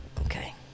Okay